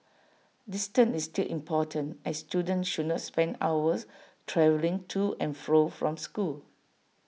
distance is still important as students should not spend hours travelling to and flow from school